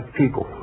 people